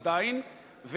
עדיין,